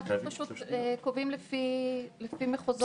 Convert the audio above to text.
אנחנו פשוט קובעים לפי מחוזות משרד הפנים.